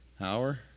hour